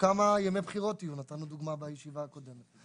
כמה ימי בחירות יהיו, נתנו דוגמה בישיבה הקודמת.